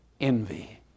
Envy